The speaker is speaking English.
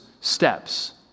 steps